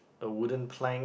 a wooden plank